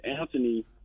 Anthony